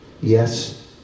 yes